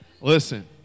Listen